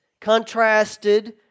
contrasted